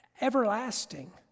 everlasting